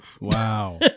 Wow